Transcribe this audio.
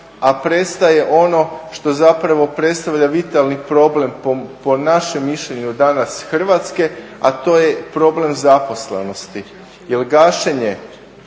a prestaje ono što zapravo predstavlja vitalni problem po našem mišljenju danas Hrvatske, a to je problem zaposlenosti. Jer gašenje